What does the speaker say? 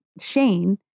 Shane